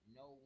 no